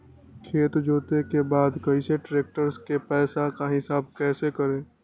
खेत जोते के बाद कैसे ट्रैक्टर के पैसा का हिसाब कैसे करें?